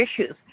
issues